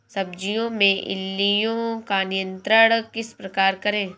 सब्जियों में इल्लियो का नियंत्रण किस प्रकार करें?